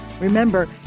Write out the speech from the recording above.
Remember